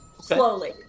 Slowly